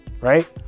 right